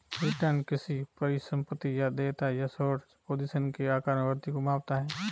return किसी परिसंपत्ति या देयता या शॉर्ट पोजीशन के आकार में वृद्धि को मापता है